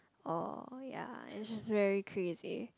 or ya it's just very crazy